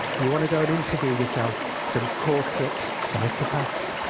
you want to go and interview yourself some corporate psychopaths.